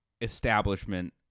establishment